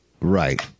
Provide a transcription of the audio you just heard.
Right